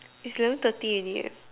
it's eleven thirty already eh